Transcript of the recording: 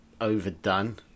overdone